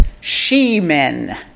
she-men